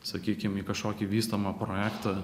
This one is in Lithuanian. sakykim į kažkokį vystomą projektą